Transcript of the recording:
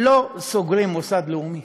לא סוגרים מוסד לאומי.